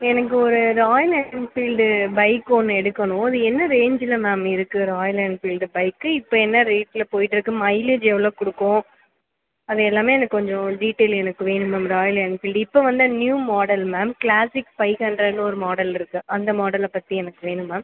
எனக்கு ஒரு Royal Enfield bike ஒன்று எடுக்கணும் அது என்ன ரேஞ்சில் மேம் இருக்குது ராயல் என்ஃபீல்டு பைக்கு இப்போ என்ன ரேட்டில் போயிகிட்டுருக்கு மைலேஜ் எவ்வளோ கொடுக்கும் அது எல்லாமே எனக்கு கொஞ்சம் டீட்டைல் எனக்கு வேணும் மேம் ராயல் என்ஃபீல்டு இப்போ வந்த new model ma'am classic five ஹண்ட்ரட்னு ஒரு மாடல் இருக்குது அந்த மாடலை பற்றி எனக்கு வேணும் மேம்